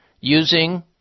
using